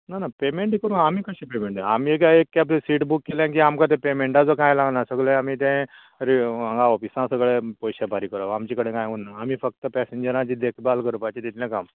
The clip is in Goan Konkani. ना ना पेमेंट करूं आमी कशें पेमेन्ट आमी जायत ते आपलें सिट बूक केलें की आमकां ते पेमेन्टाचो कांय लागना सगल्याक आमी ते हांगा ऑफिसाक ते पयशे फारीक करप आमचे कडेन कांय उरना आमी फक्त पेसेंजराची देखबाल करपाची इतलें काम